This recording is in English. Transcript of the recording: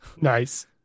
Nice